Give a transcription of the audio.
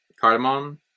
cardamom